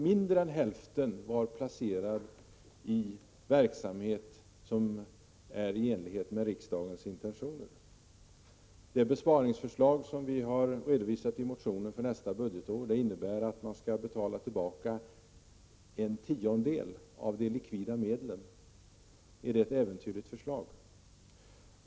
Mindre än hälften hade alltså placerats i verksamhet som är i enlighet med riksdagens intentioner. Det besparingsförslag som vi har redovisat för nästa budgetår i motionen innebär att utvecklingsfonderna skall betala tillbaka en tiondel av de likvida medlen. Är det ett äventyrligt förslag?